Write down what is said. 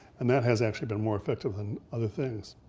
and that has actually been more effective than other things.